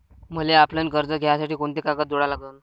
मले ऑफलाईन कर्ज घ्यासाठी कोंते कागद जोडा लागन?